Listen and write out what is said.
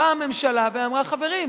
באה הממשלה ואמרה: חברים,